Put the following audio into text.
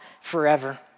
forever